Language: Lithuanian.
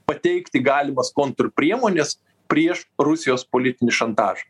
pateikti galimas kontrpriemones prieš rusijos politinį šantažą